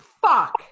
fuck